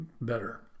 better